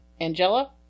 Angela